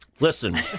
Listen